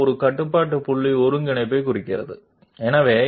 If it is y it will be y coordinate if it is z it will be z coordinate